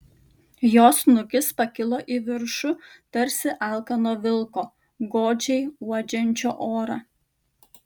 jo snukis pakilo į viršų tarsi alkano vilko godžiai uodžiančio orą